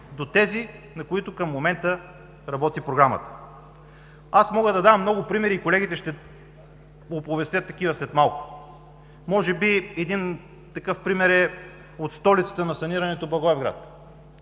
до тези, на които в момента работи Програмата. Мога да дам много примери и колегите ще оповестят такива след малко. Може би такъв пример е от столицата на санирането – Благоевград.